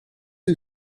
who